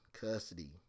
custody